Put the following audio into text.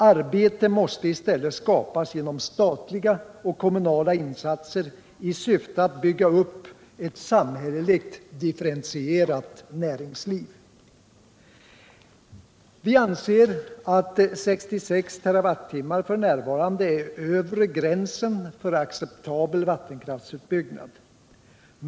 Arbete måste i stället skapas genom statliga och kommunala insatser i syfte att bygga upp ett samhälleligt differentierat näringsliv. Vi anser att 66 TWh f. n. är övre gränsen för acceptabel vattenkraftsutbyggnad.